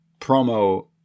promo